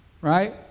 Right